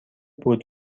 بود